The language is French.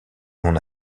non